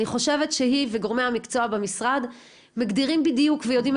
אני חושבת שהיא וגורמי המקצוע במשרד מגדירים בדיוק ויודעים,